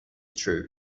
true